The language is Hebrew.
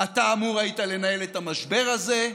אתה אמור היית לנהל את המשבר הזה,